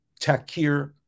takir